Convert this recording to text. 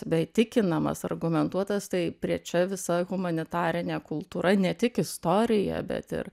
bei įtikinamas argumentuotas tai prie čia visa humanitarinė kultūra ne tik istorija bet ir